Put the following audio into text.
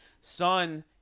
son